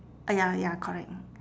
uh ya ya correct